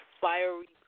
fiery